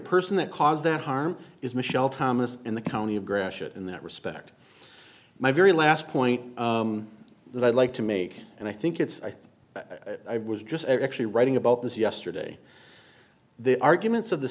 person that caused that harm is michelle thomas in the county of gresham in that respect my very last point that i'd like to make and i think it's i think i was just actually writing about this yesterday the arguments of the